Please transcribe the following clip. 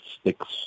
sticks